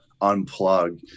unplug